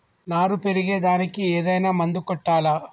నారు పెరిగే దానికి ఏదైనా మందు కొట్టాలా?